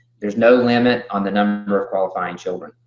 there's no limit on the number of qualifying children.